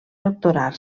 doctorar